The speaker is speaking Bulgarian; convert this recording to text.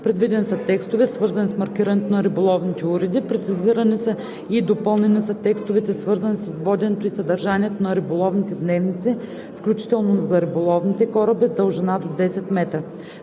Предвидени са текстове, свързани с маркирането на риболовните уреди. Прецизирани и допълнени са текстовете, свързани с воденето и съдържанието на риболовните дневници, включително за риболовните кораби с дължина до 10 метра.